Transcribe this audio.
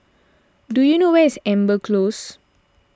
do you know where is Amber Close